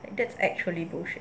that's actually bullshit